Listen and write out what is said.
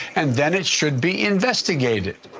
and then it should be investigated.